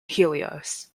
helios